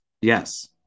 Yes